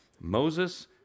Moses